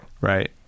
Right